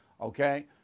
okay